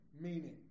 meaning